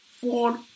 fall